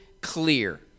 clear